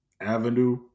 avenue